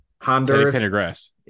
Honduras